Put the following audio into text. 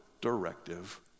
directive